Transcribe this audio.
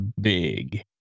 big